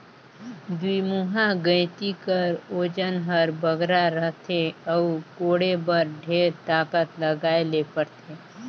दुईमुहा गइती कर ओजन हर बगरा रहथे अउ कोड़े बर ढेर ताकत लगाए ले परथे